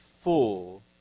full